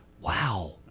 Wow